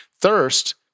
thirst